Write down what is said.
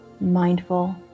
mindful